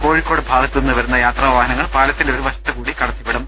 കോഴിക്കോട് ഭാഗത്തുനിന്ന് വരുന്ന യാത്രാവാഹനങ്ങൾ പാലത്തിന്റെ ഒരു വശത്തുകൂടി കടത്തിവിടും